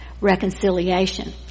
Reconciliation